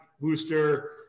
booster